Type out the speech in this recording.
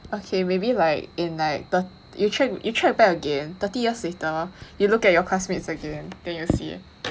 okay maybe like in like thir~ you check you check back again thirty years later you look at your classmates again then you see